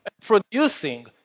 producing